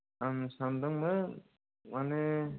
आंङो सानदोंमोन मानि